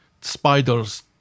Spider's